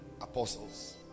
apostles